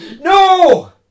No